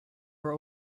were